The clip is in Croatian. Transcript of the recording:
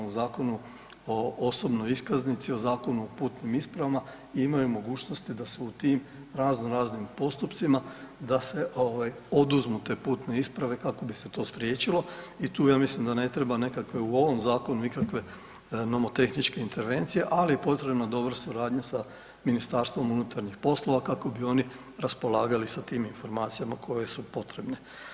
U Zakonu o osobnoj iskaznici, u Zakonu o putnim ispravama imaju mogućnosti da su u tim razno-raznim postupcima da se oduzmu te putne isprave kako bi se to spriječilo i tu ja mislim da ne treba nekakve u ovom zakonu nikakve nomotehničke intervencije, ali je potrebna dobra suradnja sa Ministarstvom unutarnjih poslova kako bi oni raspolagali sa tim informacijama koje su potrebne.